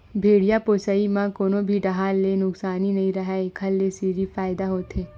भेड़िया पोसई म कोनो भी डाहर ले नुकसानी नइ राहय एखर ले सिरिफ फायदा होथे